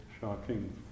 shocking